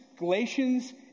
Galatians